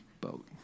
boat